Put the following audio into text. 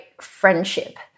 friendship